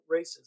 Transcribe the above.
racism